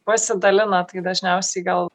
pasidalina tai dažniausiai gal